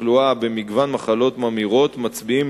תחלואה במגוון מחלות ממאירות מצביעים,